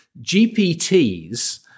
GPTs